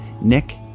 Nick